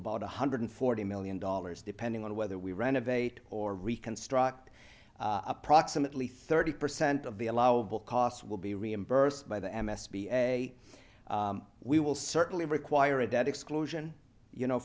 about one hundred forty million dollars depending on whether we renovate or reconstruct approximately thirty percent of the allowable costs will be reimbursed by the s b a we will certainly require a debt exclusion you know